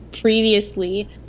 previously